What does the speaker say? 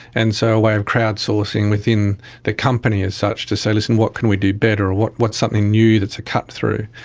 and so a way of crowdsourcing within the company as such to say, listen, what can we do better, or what what something new that's a cut-through?